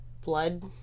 blood